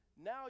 now